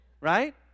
Right